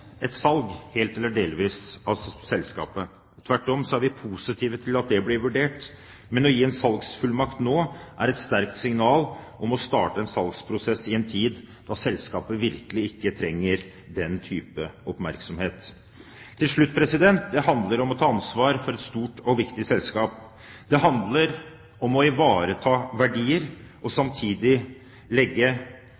et salg, helt eller delvis, av selskapet. Tvert om er vi positive til at det blir vurdert. Men å gi en salgsfullmakt nå er et sterkt signal om å starte en salgsprosess i en tid da selskapet virkelig ikke trenger den typen oppmerksomhet. Til slutt: Det handler om å ta ansvar for et stort og viktig selskap. Det handler om å ivareta verdier og